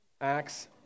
Acts